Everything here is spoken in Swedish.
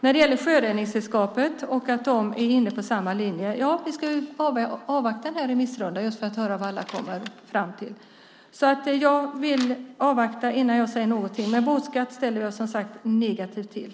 Du säger att Sjöräddningssällskapet är inne på samma linje som ni. Ja, vi ska avvakta remissrundan för att höra vad alla kommer fram till. Jag vill alltså avvakta innan jag säger någonting, men båtskatt ställer jag mig som sagt negativ till.